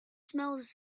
smells